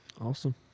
Awesome